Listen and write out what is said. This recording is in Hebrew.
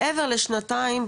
מעבר לשנתיים,